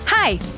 Hi